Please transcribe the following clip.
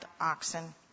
oxen